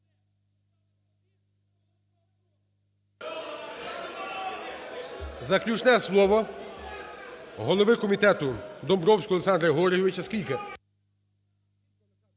Заключне слово голови комітету Домбровського Олександра Георгійовича. Скільки?